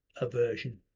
aversion